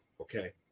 okay